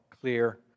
clear